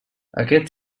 aquest